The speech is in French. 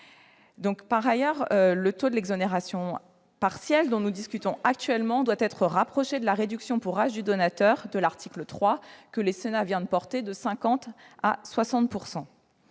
Par ailleurs, le taux de l'exonération partielle dont nous discutons actuellement doit être rapproché de la réduction pour âge du donateur prévue à l'article 3, que le Sénat vient de porter de 50 % à 60 %.